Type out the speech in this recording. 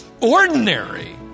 ordinary